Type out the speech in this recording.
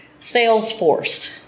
Salesforce